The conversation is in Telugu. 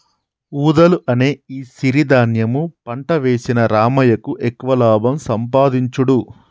వూదలు అనే ఈ సిరి ధాన్యం పంట వేసిన రామయ్యకు ఎక్కువ లాభం సంపాదించుడు